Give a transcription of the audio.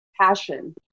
passion